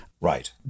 Right